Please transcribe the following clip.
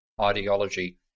ideology